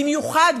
ובמיוחד,